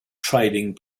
trading